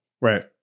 Right